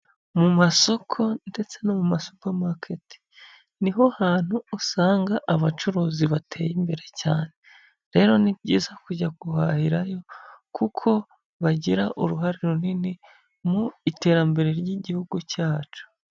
Mu masoko ndetse no mu ma supamaketi, ni ho hantu usanga abacuruzi bateye imbere cyane, rero ni byiza kujya guhahirayo kuko bagira uruhare runini mu iterambere ry'igihugu cyacu.